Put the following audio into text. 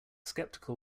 skeptical